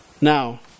Now